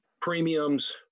Premiums